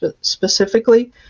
specifically